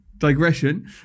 Digression